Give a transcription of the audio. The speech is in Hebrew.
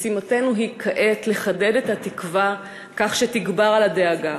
משימתנו היא כעת לחדד את התקווה כך שתגבר על הדאגה,